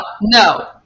no